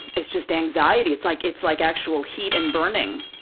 it's just anxiety, it's like it's like actual heat and burning.